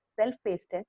Self-paced